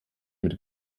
mit